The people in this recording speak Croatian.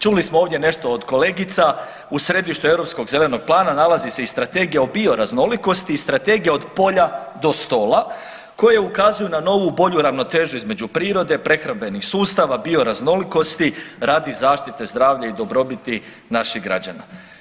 Čuli smo ovdje nešto od kolegica, u središtu europskog zelenog plana nalazi se i Strategija o bioraznolikosti i Strategija od polja do stola koje ukazuju na novu bolju ravnotežu između prirode, prehrambenih sustava, bioraznolikosti radi zaštite zdravlja i dobrobiti naših građana.